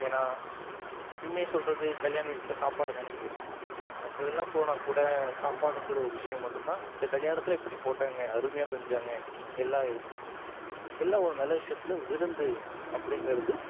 ஏன்னா எப்பயுமே சொல்கிறது கல்யாண வீட்டில் சாப்பாடு தானே பேசும் மற்றதெல்லாம் போனால் கூட சாப்பாடுங்கிற ஒரு விஷயம் மட்டும் தான் இந்த கல்யாணத்தில் இப்படி போட்டாங்க அருமையாக செஞ்சாங்க எல்லாம் இருந்துச்சு எல்லா ஒரு நல்ல விஷயத்துலயும் விருந்து அப்டிங்கிறது